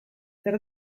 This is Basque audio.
zer